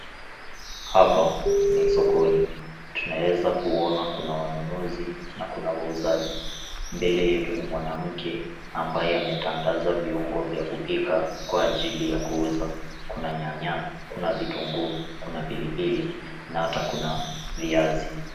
Hapa ni sokoni. Tunaeza kuona kuna wanunuzi na kuna wauzaji. Mbele yetu ni mwanamke, ambaye ametandaza viungo vya kupika, kwa ajili ya kuuza. Kuna nyanya, kuna vitunguu, kuna pilipili, na hata kuna viazi.